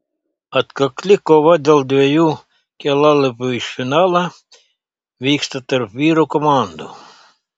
atkakli kova dėl dviejų kelialapių į finalą vyksta tarp vyrų komandų